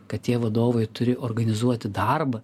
kad tie vadovai turi organizuoti darbą